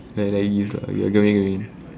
I get what you mean